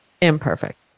imperfect